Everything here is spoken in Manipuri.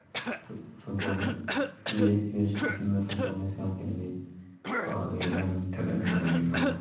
ꯐꯨꯠ ꯐꯨꯠꯕꯣꯜꯅꯦ ꯌꯨ ꯑꯦꯁꯀꯤ ꯐꯤꯃꯦꯜ ꯐꯨꯠꯕꯣꯜ ꯅꯦꯁꯅꯦꯜ ꯇꯤꯝꯗꯤ ꯄ꯭ꯔꯥꯎꯠ ꯑꯣꯏꯌꯦ ꯌꯥꯝ ꯊꯥꯒꯠꯅꯤꯡꯉꯥꯏ ꯑꯣꯏꯌꯦ ꯃꯥꯕꯨ